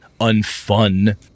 unfun